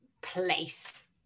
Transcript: place